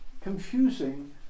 confusing